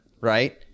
right